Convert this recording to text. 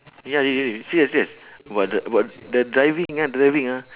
ya really serious serious about the about the driving ah driving ah